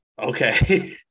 Okay